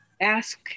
ask